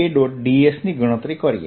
ds ની ગણતરી કરીએ